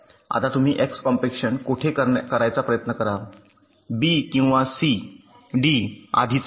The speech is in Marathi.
आता तुम्ही x कॉम्पॅक्शन कोठे करायचा प्रयत्न करा बी किंवा सी डी आधीच आहे